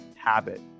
habit